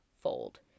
fold